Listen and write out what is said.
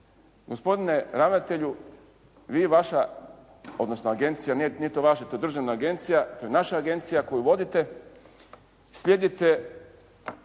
gospodine ravnatelju, vi i vaša, odnosno agencija nije to vaša, to je državna agencija, to je naša agencija koju vodite slijedite